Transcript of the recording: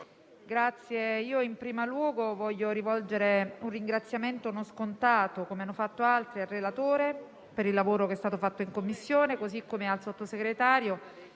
Presidente, in primo luogo desidero rivolgere un ringraziamento non scontato - come hanno fatto altri - al relatore per il lavoro che è stato fatto in Commissione, così come al Sottosegretario,